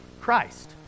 Christ